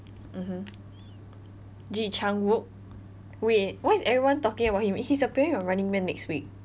mmhmm ji chang wook wait why is everyone talking about him he's appearing on running man next week